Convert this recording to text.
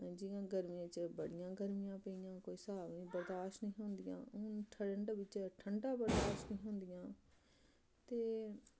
जि'यां गर्मियें च बड़ियां गर्मियां पेइयां कोई स्हाब न बर्दााश्त नेईं ही होंदियां हून ठंड बिच्च ठंडा बर्दाश्त निं ही होंदियां ते